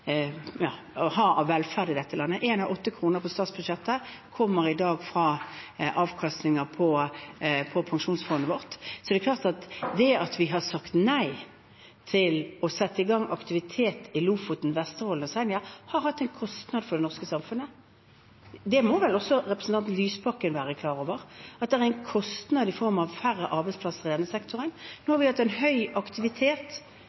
ha av velferd i dette landet. Én av åtte kroner på statsbudsjettet kommer i dag fra avkastninger på pensjonsfondet vårt. Det er klart at det at vi har sagt nei til å sette i gang aktivitet i Lofoten, Vesterålen og Senja, har hatt en kostnad for det norske samfunnet. Representanten Lysbakken må vel også være klar over at det er en kostnad i form av færre arbeidsplasser i denne sektoren. Nå